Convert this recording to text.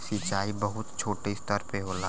सिंचाई बहुत छोटे स्तर पे होला